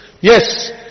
yes